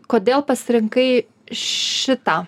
kodėl pasirinkai šitą